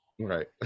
Right